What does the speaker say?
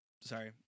sorry